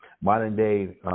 modern-day